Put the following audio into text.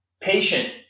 patient